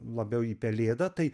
labiau į pelėdą tai